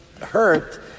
hurt